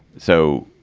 so